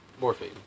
morphine